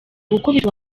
gukubita